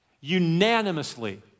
Unanimously